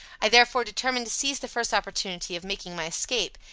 i therefore determined to seize the first opportunity of making my escape,